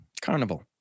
Carnival